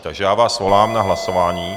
Takže já vás svolám na hlasování.